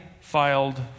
filed